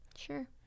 sure